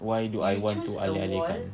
why do I want to alih-alih kan